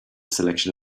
selection